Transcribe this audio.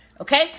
okay